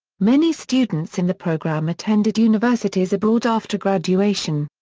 many students in the program attended universities abroad after graduation.